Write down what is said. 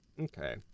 Okay